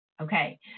Okay